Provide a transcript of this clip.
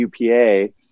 UPA